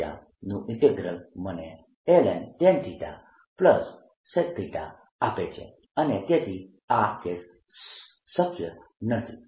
dθ નું ઇન્ટીગ્રલ મને ln tansec આપે છે અને તેથી આ કેસ શક્ય નથી